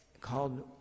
called